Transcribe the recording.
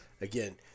again